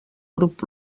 grup